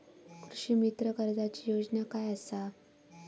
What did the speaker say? कृषीमित्र कर्जाची योजना काय असा?